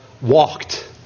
walked